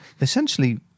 essentially